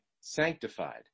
sanctified